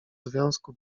związku